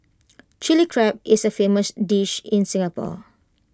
Chilli Crab is A famous dish in Singapore